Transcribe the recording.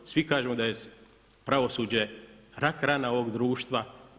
Svi kažemo da je pravosuđe „rak rana“ ovoga društva.